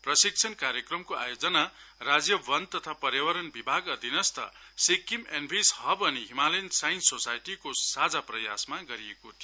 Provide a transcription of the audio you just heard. प्रशिक्षण कार्यक्रमको आयोजना राज्य वन तथा पर्यावरण विभाग अधिनस्थ सिक्किम इनभिस हब अनि हिमालयन साइन्स सोसाइटीको साझा प्रयासमा गरिएको थियो